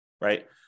right